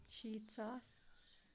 شیٖتھ ساس